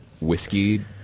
whiskey